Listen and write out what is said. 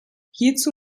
hierzu